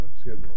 schedule